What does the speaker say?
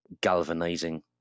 galvanizing